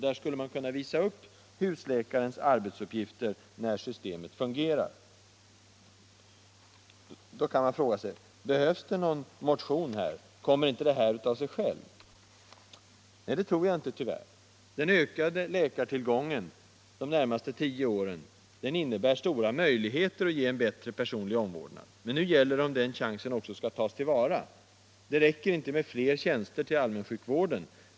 Där skulle man kunna visa upp husläkarens arbetsuppgifter när systemet fungerar. Man kan fråga sig, om det behövs någon riksdagsmotion om detta, om inte det här kommer av sig självt. Nej, det tror jag inte tyvärr. Den ökade läkartillgången under de närmaste tio åren innebär stora möjligheter att ge en bättre personlig omvårdnad. Men nu gäller det om den chansen också skall tas till vara. Det räcker inte med fler tjänster till allmänsjukvården.